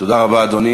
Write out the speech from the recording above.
תודה רבה, אדוני.